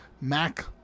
Mac